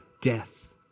death